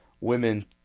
women